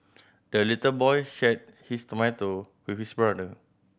the little boy shared his tomato with his brother